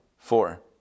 Four